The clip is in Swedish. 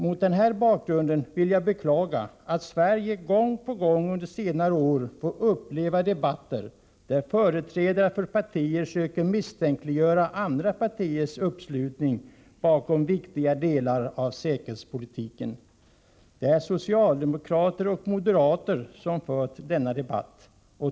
Mot den här bakgrunden vill jag beklaga att Sverige under senare år gång på gång fått uppleva debatter där företrädare för partier söker misstänkliggöra andra partiers uppslutning bakom viktiga delar av säkerhetspolitiken. Det är socialdemokrater och moderater som fört denna debatt.